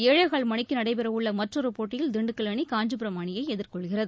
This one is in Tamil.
ஏழேகால் மணிக்குநடைபெறவுள்ளமற்றொருபோட்டியில் திண்டுக்கல் அணி காஞ்சிபுரம் இரவு அணியைஎதிர்கொள்கிறது